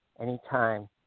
anytime